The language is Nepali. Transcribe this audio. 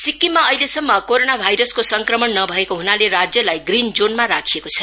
सिक्किममा अहिलेसम्म कोरोना भाइरसको संक्रमण नभएको हनाले राज्यलाई ग्रीन जोनमा राखिएको छ